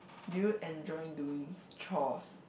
do you enjoy doing chores